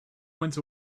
went